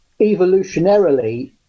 evolutionarily